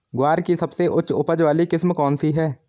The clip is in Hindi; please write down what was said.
ग्वार की सबसे उच्च उपज वाली किस्म कौनसी है?